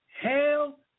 hell